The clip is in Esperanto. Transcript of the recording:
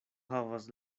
havas